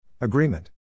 Agreement